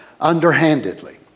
underhandedly